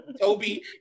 Toby